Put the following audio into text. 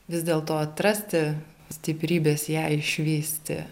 vis dėlto atrasti stiprybės ją išvysti